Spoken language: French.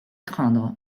craindre